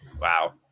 Wow